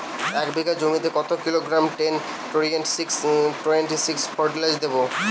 এক বিঘা জমিতে কত kilogram ten twenty six twenty six fertilizer দেবো?